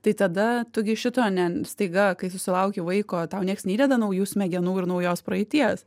tai tada tu gi šito ne staiga kai susilauki vaiko tau nieks neįdeda naujų smegenų ir naujos praeities